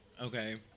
Okay